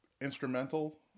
instrumental